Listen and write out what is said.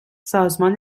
سازمان